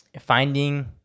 finding